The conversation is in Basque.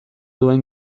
duen